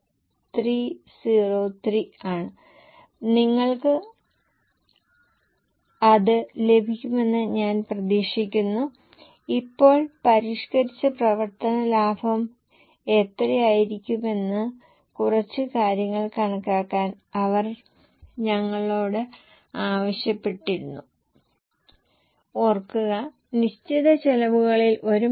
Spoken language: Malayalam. ശുഭാപ്തിവിശ്വാസികൾക്ക് 15 ശതമാനം വർദ്ധനവ് അശുഭാപ്തിവിശ്വാസികൾക്ക് വിൽപ്പന 10 ശതമാനം വർദ്ധിക്കുന്നു ഇത് ശുഭാപ്തിവിശ്വാസികൾക്കും അശുഭാപ്തിവിശ്വാസികൾക്കും ഒരു യൂണിറ്റിന്റെ വിലയാണ്